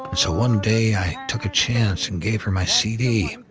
and so one day i took a chance and gave her my cd.